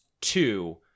two